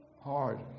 hard